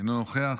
אינו נוכח,